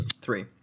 three